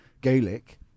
Gaelic